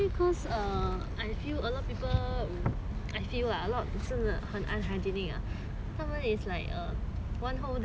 I feel lah a lot 真的很 unhygienic 他们 is like one whole day they just used one single mask